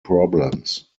problems